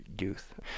youth